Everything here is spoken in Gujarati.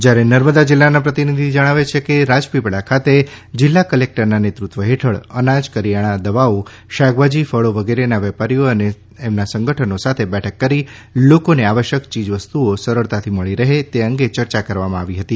જ્યારે નર્મદા જિલ્લાના પ્રતિનિધી જણાવે છેકે રાજપીપળા ખાતે જિલ્લા કલેકટરના નેતૃત્વ હેઠળ અનાજ કરિયાણા દવાઓ શાકભાજી ફળી વગેરેના વેપારીઓ અને સંગઠનો સાથે બેઠક કરી લોકોને આવશ્યક ચીજવસ્તુઓ સરળતાથી મળી રહે તે અંગે ચર્ચા કરવામાં આવી હતી